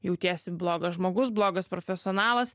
jautiesi blogas žmogus blogas profesionalas